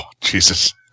Jesus